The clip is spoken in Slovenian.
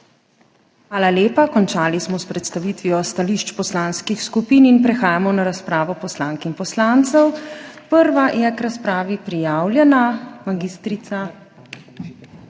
Hvala lepa. Končali smo s predstavitvijo stališč poslanskih skupin. Prehajamo na razpravo poslank in poslancev. Prva je k razpravi prijavljena magistrica